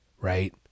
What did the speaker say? right